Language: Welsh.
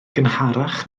gynharach